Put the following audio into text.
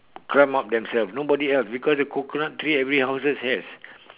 climb up themselves nobody help because the coconut tree every houses have